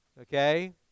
Okay